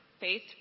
Faith